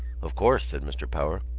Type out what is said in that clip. of course, said mr. power.